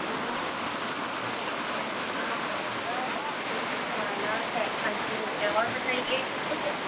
दो brush pen का आपका पच्चीस वाला सेट हाँ जी हो गया और बताइये कुछ